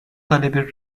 talebi